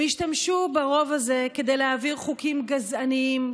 הם השתמשו ברוב הזה כדי להעביר חוקים גזעניים,